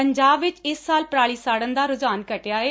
ਪੰਜਾਬ ਵਿਚ ਇਸ ਸਾਲ ਪਰਾਲੀ ਸਾਤਨ ਦਾ ਰੁਝਾਨ ਘਟਿਆ ਏ